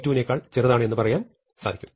g2 ക്കാൾ ചെറുതാണെന്ന് പറയാൻ സാധിക്കും